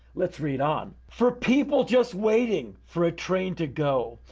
let's read on. for people just waiting, for a train to go,